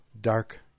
dark